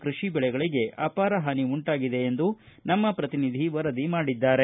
ಕೃಷಿ ಬೆಳೆಗಳಿಗೆ ಅಪಾರ ಹಾನಿ ಉಂಟಾಗಿದೆ ಎಂದು ನಮ್ಮ ಪ್ರತಿನಿಧಿ ವರದಿ ಮಾಡಿದ್ದಾರೆ